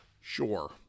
sure